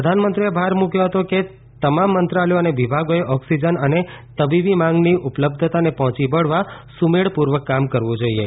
પ્રધાનમંત્રીએ ભાર મૂક્યો હતો કે તમામ મંત્રાલયો અને વિભાગોએ ઓક્સિજન અને તબીબી માંગની ઉપલબ્ધતાને પહોંચી વળવા સુમેળપૂર્વક કામ કરવું જોઈએ